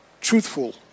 truthful